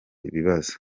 ibibazo